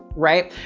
right.